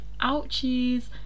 Ouchies